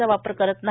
चा वापर करत नाही